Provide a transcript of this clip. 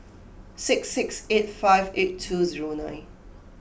six six eight five eight two zero nine